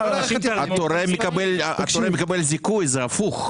התורם, מקבל זיכוי, זה הפוך.